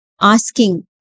asking